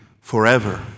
forever